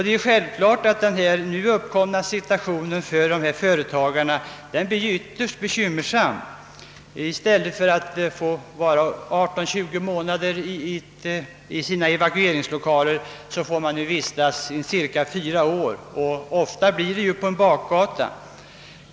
Det är självklart att den nu uppkomna situationen för dessa företagare är ytterst bekymmersam. I stället för att vistas i sina evakueringslokaler i 18— 20 månader får de räkna med cirka 4 år på en bakgata.